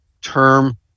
term